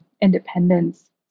independence